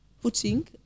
putting